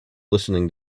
listening